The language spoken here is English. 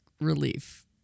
relief